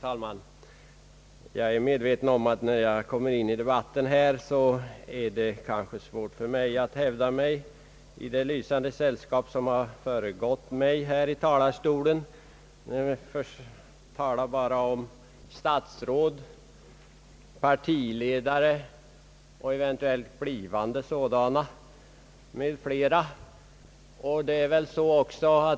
Herr talman! Jag är medveten om att när jag kommer in i debatten här är det kanske svårt för mig att hävda mig i det lysande sällskap, som föregått mig i talarstolen. Jag tänker då på de statsråd, partiledare och eventuellt blivande sådana m.fl. som här haft ordet.